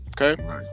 Okay